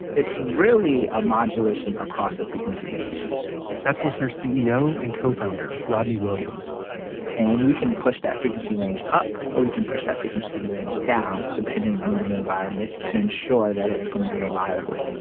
it's really a modulation across a frequency range that's listnr's ceo and co-founder rodney williams and we can push that frequency range up or we can push that frequency range down depending on the environment to ensure that it's gonna be reliable,